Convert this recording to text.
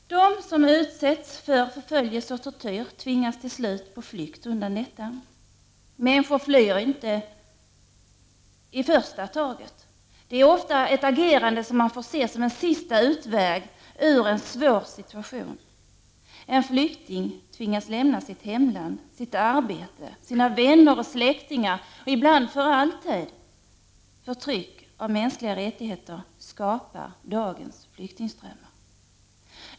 De som utsätts för förföljelse och tortyr tvingas till slut på flykt undan detta. Människor flyr inte i första taget. Det är ofta ett agerande som man får se som en sista utväg ur en svår situation. En flykting tvingas lämna sitt hemland, sitt arbete, sina vänner och släktingar ibland för alltid. Förtryck av mänskliga rättigheter skapar dagens flyktingströmmar.